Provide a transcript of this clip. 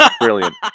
Brilliant